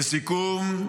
לסיכום,